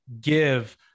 give